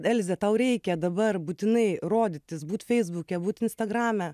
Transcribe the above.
elze tau reikia dabar būtinai rodytis būt feisbuke būt instagrame